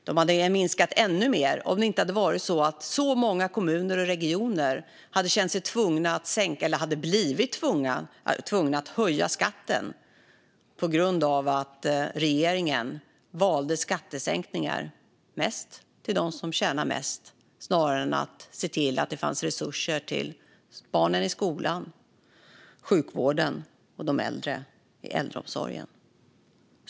De hade minskat ännu mer om inte så många kommuner och regioner hade blivit tvungna att höja skatten eftersom regeringen valde skattesänkningar - mest för dem som tjänar mest - i stället för att se till att det fanns resurser till barnen i skolan, sjukvården och de äldre i äldreomsorgen.